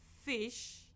fish